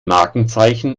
markenzeichen